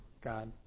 God